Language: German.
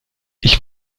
ich